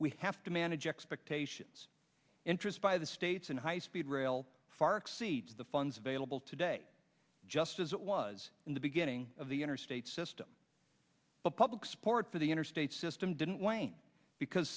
we have to manage expectations interest by the states in high speed rail far exceeds the funds available today just as it was in the beginning of the interstate system but public support for the interstate system didn't wane because